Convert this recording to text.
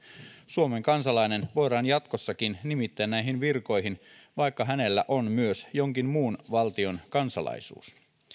suomen kansalainen voidaan jatkossakin nimittää näihin virkoihin vaikka hänellä on myös jonkin muun valtion kansalaisuus